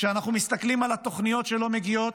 כשאנחנו מסתכלים על התכניות שלא מגיעות,